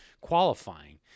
qualifying